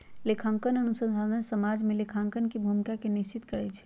लेखांकन अनुसंधान समाज में लेखांकन के भूमिका के निश्चित करइ छै